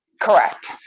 correct